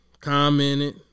commented